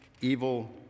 evil